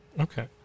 okay